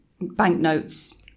banknotes